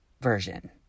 version